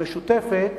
המשותפת.